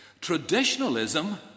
Traditionalism